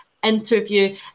Interview